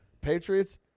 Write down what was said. Patriots